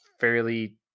fairly